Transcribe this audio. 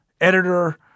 editor